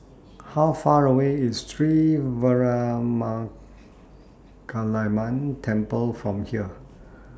How Far away IS Sri Veeramakaliamman Temple from here